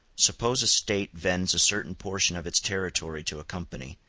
suppose a state vends a certain portion of its territory to a company,